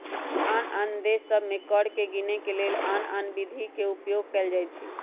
आन आन देश सभ में कर के गीनेके के लेल आन आन विधि के उपयोग कएल जाइ छइ